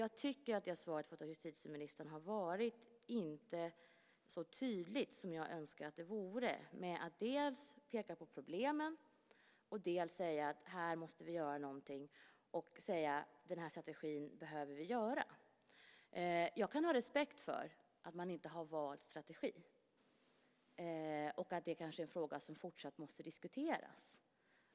Jag tycker att svaret från justitieministern inte har varit så tydligt som jag önskar att det vore med att dels peka på problemen, dels säga att här måste vi göra någonting och att den eller den strategin behöver vi ha. Jag kan ha respekt för att man inte har valt strategi och att det kanske är en fråga som fortsatt måste diskuteras.